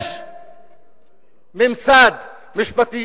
על טרוריסטים,